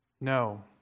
No